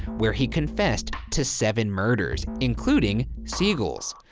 where he confessed to seven murders, including siegel's.